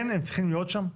כן הם צריכים להיות שם,